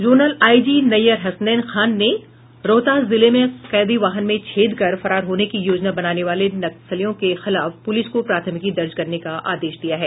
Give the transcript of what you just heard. zonal IG Nayyar Hasnain Khan ने रोहतास जिले में कैदी वाहन में छेद कर फरार होने की योजना बनाने वाले नक्सलियों के खिलाफ पूलिस को प्राथमिकी दर्ज करने का आदेश दिया है